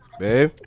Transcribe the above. babe